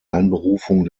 einberufung